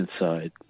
inside